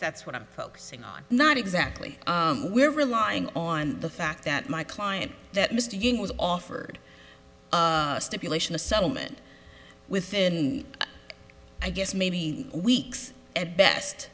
that's what i'm focusing on not exactly we're relying on the fact that my client that mr ewing was offered a stipulation a settlement within i guess maybe weeks at best